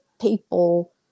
people